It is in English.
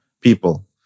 people